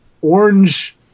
Orange